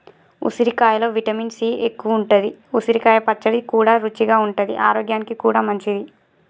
ఉసిరికాయలో vitamin C ఎక్కువుంటది, ఉసిరికాయ పచ్చడి కూడా రుచిగా ఉంటది ఆరోగ్యానికి కూడా మంచిది